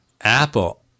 Apple